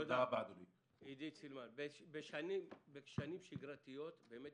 בשנים שגרתיות הפרדנו,